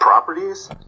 properties